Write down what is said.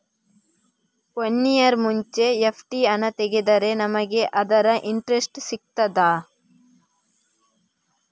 One year ಮುಂಚೆ FD ಹಣ ತೆಗೆದ್ರೆ ನಮಗೆ ಅದರ ಇಂಟ್ರೆಸ್ಟ್ ಸಿಗ್ತದ?